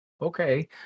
okay